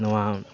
ᱱᱚᱣᱟ